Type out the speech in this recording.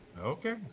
Okay